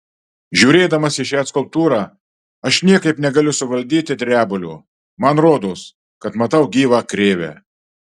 žiūrėdamas į šią skulptūrą aš niekaip negaliu suvaldyti drebulio man rodos kad matau gyvą krėvę